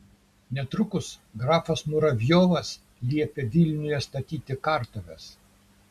netrukus grafas muravjovas liepė vilniuje statyti kartuves